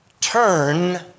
turn